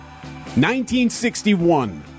1961